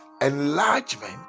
enlargement